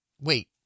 wait